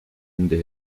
into